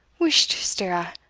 whisht, stirra,